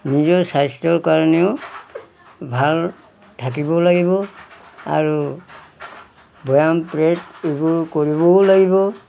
নিজৰ স্বাস্থ্যৰ কাৰণেও ভাল থাকিব লাগিব আৰু ব্যয়াম এইবোৰ কৰিবও লাগিব